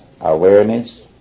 Awareness